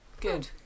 Good